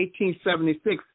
1876